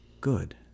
good